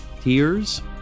Tears